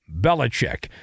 Belichick